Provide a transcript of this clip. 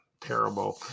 terrible